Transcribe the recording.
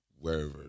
wherever